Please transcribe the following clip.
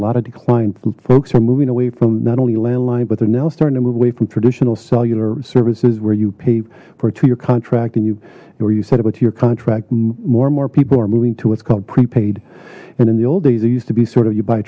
lot of decline folks are moving away from not only landline but they're now starting to move away from traditional cellular services where you pay for a two year contract and you where you set about your contract more and more people are moving to what's called prepaid and in the old days they used to be sort of you buy